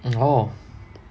oh